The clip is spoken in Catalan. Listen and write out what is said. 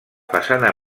façana